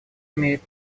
имеет